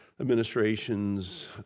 administration's